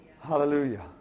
Hallelujah